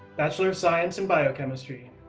bachelor of science in biochemistry,